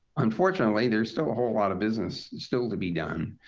unfortunately, there's still a whole lot of business still to be done.